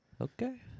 okay